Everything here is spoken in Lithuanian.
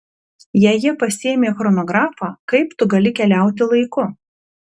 jei jie pasiėmė chronografą kaip tu gali keliauti laiku